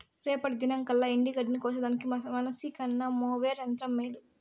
రేపటి దినంకల్లా ఎండగడ్డిని కోసేదానికి మనిసికన్న మోవెర్ యంత్రం మేలు